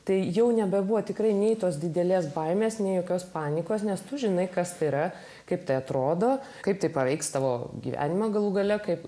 tai jau nebebuvo tikrai nei tos didelės baimės nei jokios panikos nes tu žinai kas tai yra kaip tai atrodo kaip tai paveiks tavo gyvenimą galų gale kaip